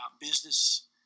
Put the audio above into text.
business